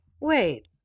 Wait